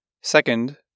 Second